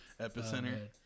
epicenter